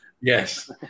Yes